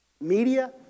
Media